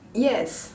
yes